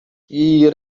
jej